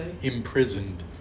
Imprisoned